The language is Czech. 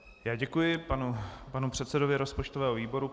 Já děkuji panu předsedovi rozpočtového výboru.